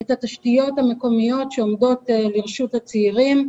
את התשתיות המקומיות שעומדות לרשות הצעירים.